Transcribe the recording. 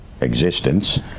existence